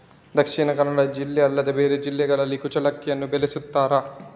ದಕ್ಷಿಣ ಕನ್ನಡ ಜಿಲ್ಲೆ ಅಲ್ಲದೆ ಬೇರೆ ಜಿಲ್ಲೆಗಳಲ್ಲಿ ಕುಚ್ಚಲಕ್ಕಿಯನ್ನು ಬೆಳೆಸುತ್ತಾರಾ?